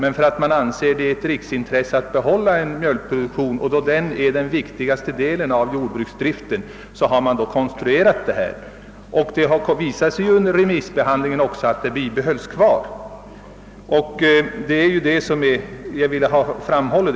Eftersom man anser det vara ett riksintresse att behålla mjölkproduktionen — den viktigaste delen av jordbruksdriften i Norrland — har man konstruerat denna form av pristillägg. Vid remissbehandlingen av jordbruksutredningen framkom det också vägande skäl för dess bibehållande.